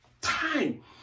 time